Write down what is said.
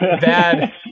bad